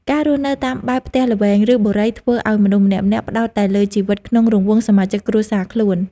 ការរស់នៅតាមបែបផ្ទះល្វែង ឬបុរីធ្វើឱ្យមនុស្សម្នាក់ៗផ្តោតតែលើជីវិតក្នុងរង្វង់សមាជិកគ្រួសារខ្លួន។